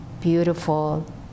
beautiful